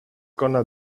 gonna